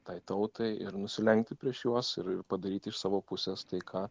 tai tautai ir nusilenkti prieš juos ir ir padaryti iš savo pusės tai ką